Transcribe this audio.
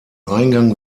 eingang